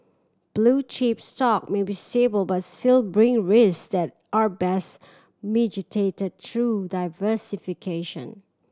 blue chip stock may be stable but still bring risk that are best mitigated through diversification